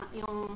yung